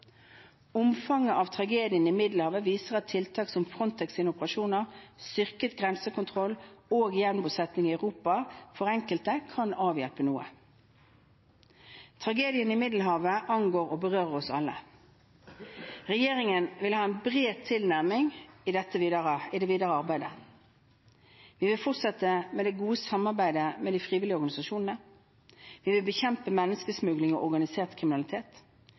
Omfanget av tragedien i Middelhavet viser at tiltak som Frontex’ operasjoner, styrket grensekontroll og gjenbosetning i Europa for enkelte, kan avhjelpe noe. Tragediene i Middelhavet angår og berører oss alle. Regjeringen vil ha en bred tilnærming i det videre arbeidet. Vi vil fortsette det gode samarbeidet med de frivillige organisasjonene. Vi vil bekjempe menneskesmugling og organisert kriminalitet.